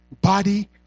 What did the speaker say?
body